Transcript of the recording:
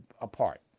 apart